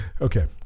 Okay